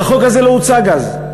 והחוק הזה לא הוצג אז.